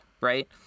right